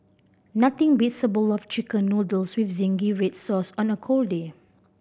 nothing beats a bowl of Chicken Noodles with zingy red sauce on a cold day